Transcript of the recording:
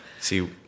see